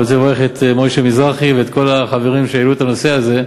ואני רוצה לברך את משה מזרחי ואת כל החברים שהעלו את הנושא הזה.